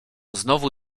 znowu